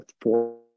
four